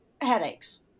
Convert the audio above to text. headaches